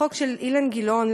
החוק של אילן גילאון,